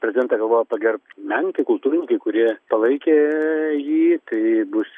prezidentą galvoja pagerbt menkai kultūrininkai kurie palaikė jį tai bus